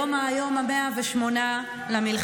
היום הוא היום ה-108 למלחמה,